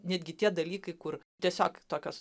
netgi tie dalykai kur tiesiog tokios